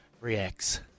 reacts